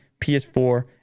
PS4